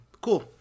Cool